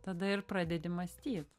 tada ir pradedi mąstyt